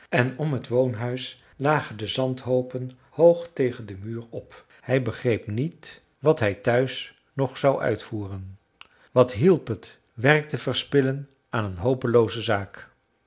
en om het woonhuis lagen de zandhoopen hoog tegen den muur op hij begreep niet wat hij thuis nog zou uitvoeren wat hielp het werk te verspillen aan een hopelooze zaak